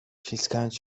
ślizgając